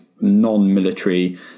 non-military